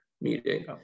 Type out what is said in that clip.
meeting